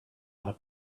arab